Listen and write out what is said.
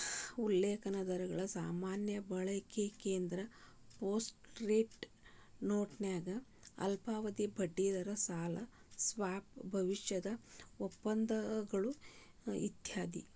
ಉಲ್ಲೇಖ ದರಗಳ ಸಾಮಾನ್ಯ ಬಳಕೆಯೆಂದ್ರ ಫ್ಲೋಟಿಂಗ್ ರೇಟ್ ನೋಟನ್ಯಾಗ ಅಲ್ಪಾವಧಿಯ ಬಡ್ಡಿದರ ಸಾಲ ಸ್ವಾಪ್ ಭವಿಷ್ಯದ ಒಪ್ಪಂದಗಳು ಇತ್ಯಾದಿ